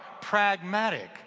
pragmatic